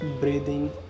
breathing